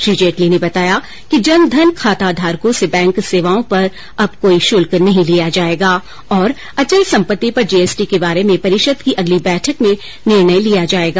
श्री जेटली ने बताया कि जन धन खाता धारकों से बैंक सेवाओं पर अब कोई शुल्क नहीं लिया जाएगा और अचल संपत्ति पर जीएसटी के बारे में परिषद की अगली बैठक में निर्णय लिया जाएगा